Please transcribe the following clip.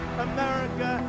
America